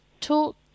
talk